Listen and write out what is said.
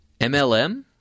MLM